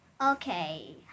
Okay